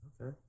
Okay